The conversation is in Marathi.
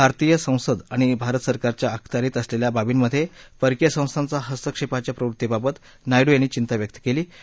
भारतीय संसद आणि भारत सरकारच्या अखत्यारीत असलेल्या बाबींमध्ये परकीय संस्थांचा हस्तक्षेपाच्या प्रवृत्तीबाबत नायडू चिंता व्यक्त करत होते